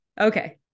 Okay